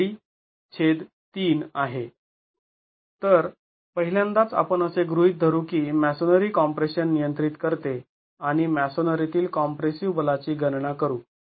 तर पहिल्यांदाच आपण असे गृहीत धरू की मॅसोनरी कॉम्प्रेशन नियंत्रित करते आणि मॅसोनरीतील कॉम्प्रेसिव बलाची गणना करू